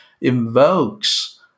invokes